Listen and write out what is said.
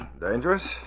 Dangerous